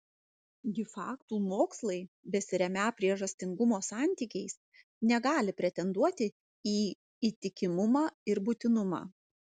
gi faktų mokslai besiremią priežastingumo santykiais negali pretenduoti į įtikimumą ir būtinumą